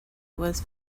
was